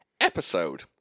episode